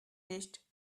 nicht